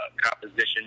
composition